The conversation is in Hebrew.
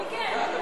אני כן.